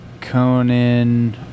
Conan